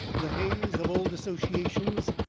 the haze of old associations,